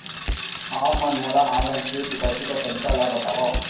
आप मन मोला ऑनलाइन ऋण चुकौती के तरीका ल बतावव?